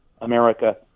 America